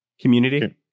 Community